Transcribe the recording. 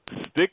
stick